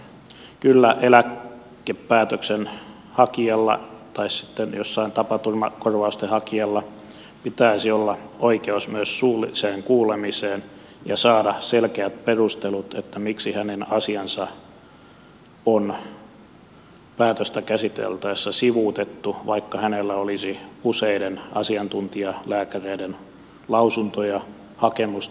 kyllä eläkepäätöksen hakijalla tai sitten tapaturmakorvausten hakijalla pitäisi olla oikeus myös suulliseen kuulemiseen ja oikeus saada selkeät perustelut miksi hänen asiansa on päätöstä käsiteltäessä sivuutettu vaikka hänellä olisi useiden asiantuntijalääkäreiden lausuntoja hakemuksensa tukena